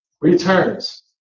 returns